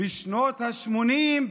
בשנות השמונים,